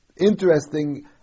interesting